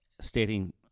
stating